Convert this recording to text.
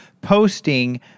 posting